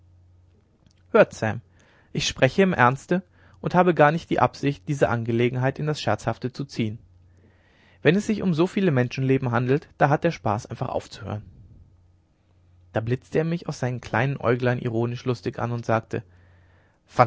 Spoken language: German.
hört sam ich spreche im ernste und habe gar nicht die absicht diese angelegenheit in das scherzhafte zu ziehen wenn es sich um so viele menschenleben handelt da hat der spaß einfach aufzuhören da blitzte er mich aus seinen kleinen aeuglein ironisch listig an und sagte